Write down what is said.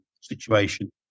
situation